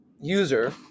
user